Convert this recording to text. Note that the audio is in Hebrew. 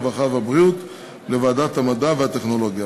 הרווחה והבריאות לוועדת המדע והטכנולוגיה.